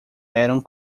eram